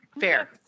Fair